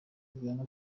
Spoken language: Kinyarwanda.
viviane